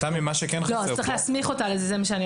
אני אומרת שצריך להסמיך אותה לזה.